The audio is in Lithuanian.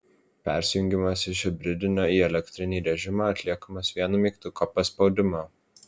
persijungimas iš hibridinio į elektrinį režimą atliekamas vienu mygtuko paspaudimu